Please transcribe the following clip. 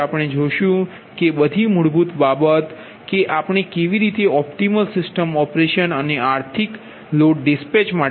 તેથી આપણે જોશું કે બધી મૂળભૂત બાબત કે આપણે કેવી રીતે ઓપટિમલ સિસ્ટમ ઓપરેશન અને આર્થિક લોડ રવાનગી માટે જઈ શકીએ છીએ